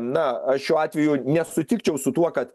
na aš šiuo atveju nesutikčiau su tuo kad